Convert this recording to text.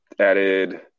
Added